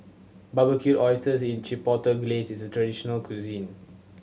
Barbecued Oysters in Chipotle Glaze is traditional cuisine